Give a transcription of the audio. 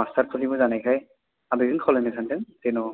मास्टारफोरनिबो जानायखाय आं बेखौनो खावलाय सान्दों जेन'